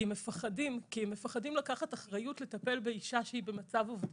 כי הם מפחדים לקחת אחריות לטפל באישה שהיא במצב אובדני.